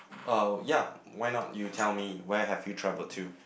uh ya why not you tell me where have you travelled to